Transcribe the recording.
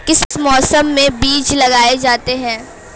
किस मौसम में बीज लगाए जाते हैं?